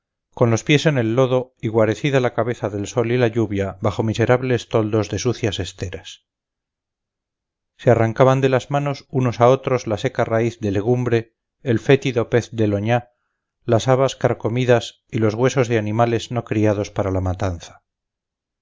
con los pies en el lodo y guarecida la cabeza del sol y la lluvia bajo miserables toldos de sucias esteras se arrancaban de las manos unos a otros la seca raíz de legumbre el fétido pez del oñá las habas carcomidas y los huesos de animales no criados para la matanza